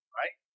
right